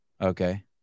Okay